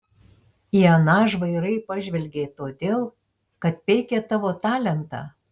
į aną žvairai pažvelgei todėl kad peikė tavo talentą